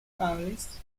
families